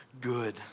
good